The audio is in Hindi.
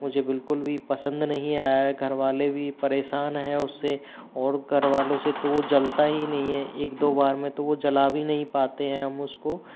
मुझे बिल्कुल भी पसंद नहीं आया है घर वाले भी परेशान है उससे और घर वालों से तो जलता ही नहीं है एक दो बार में तो वो जला भी नहीं पाते हैं हम उसको